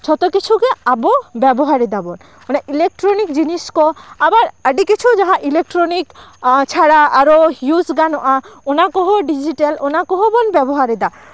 ᱡᱷᱚᱛᱚ ᱠᱤᱪᱷᱩ ᱜᱮ ᱟᱵᱚ ᱵᱮᱵᱚᱦᱟᱨ ᱮᱫᱟᱵᱚᱱ ᱤᱞᱮᱠᱴᱨᱚᱱᱤᱠ ᱡᱤᱱᱤᱥ ᱠᱚ ᱟᱵᱟᱨ ᱡᱟᱦᱟᱸ ᱟᱹᱰᱤ ᱠᱤᱪᱷᱩ ᱤᱞᱮᱠᱴᱨᱚᱱᱤᱠ ᱪᱷᱟᱲᱟ ᱟᱨᱚ ᱤᱭᱩᱡᱽ ᱜᱟᱱᱚᱜᱼᱟ ᱚᱱᱟ ᱠᱚᱦᱚᱸ ᱰᱤᱡᱤᱴᱟᱞ ᱚᱱᱟ ᱠᱚᱦᱚᱸ ᱵᱚᱱ ᱵᱮᱵᱚᱦᱟᱨᱮᱫᱟ